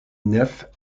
nef